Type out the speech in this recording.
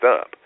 up